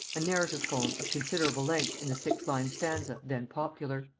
a narrative poem of considerable length in the six-line stanza then popular.